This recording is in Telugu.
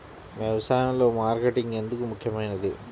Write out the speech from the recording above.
వ్యసాయంలో మార్కెటింగ్ ఎందుకు ముఖ్యమైనది?